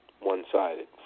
one-sided